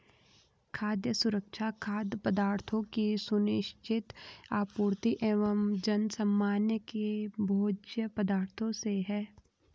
खाद्य सुरक्षा खाद्य पदार्थों की सुनिश्चित आपूर्ति एवं जनसामान्य के भोज्य पदार्थों से है